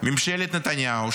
שממשלת נתניהו,